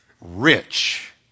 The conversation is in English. rich